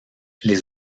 les